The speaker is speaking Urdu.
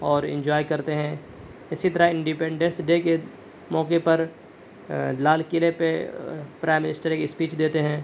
اور انجوائے کرتے ہیں اسی طرح انڈپنڈنس ڈے کے موقع پر لال قلعہ پہ پرائم منسٹر ایک اسپیچ دیتے ہیں